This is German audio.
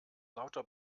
lauter